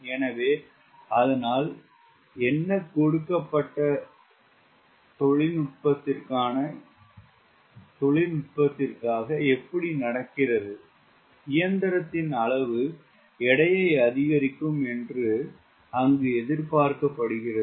எனவே அதனால் என்ன கொடுக்கப்பட்ட தொழில்நுட்பத்திற்காக எப்படி நடக்கிறது இயந்திரத்தின் அளவு எடையை அதிகரிக்கும் என்று அங்கு எதிர்பார்க்கப்படுகிறது